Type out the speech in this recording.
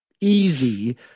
easy